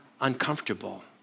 uncomfortable